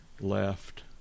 left